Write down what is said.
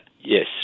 yes